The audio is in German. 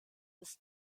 ist